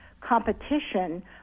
competition